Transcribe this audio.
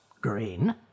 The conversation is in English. green